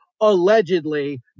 allegedly